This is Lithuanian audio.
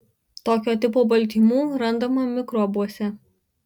tokio tipo baltymų randama mikrobuose